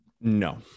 No